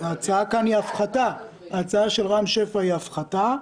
ההצעה כאן של רם שפע היא על הפחתה.